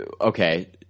Okay